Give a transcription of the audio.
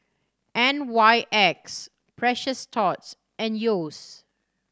N Y X Precious Thots and Yeo's